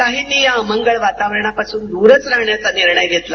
काहींनी या अमंगल वातावरणापासून दूरच राहण्याचा निर्णय घेतला